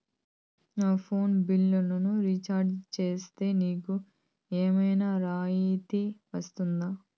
నా ఫోను బిల్లును recharge recharge సేస్తే, నాకు ఏమన్నా రాయితీ వస్తుందా?